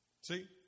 See